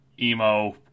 emo